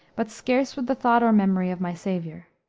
but scarce with the thought or memory of my saviour.